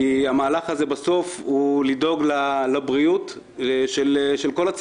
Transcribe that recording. כי בסופו של דבר המהלך הזה נועד לדאוג לבריאות כל הציבור.